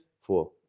four